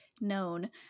known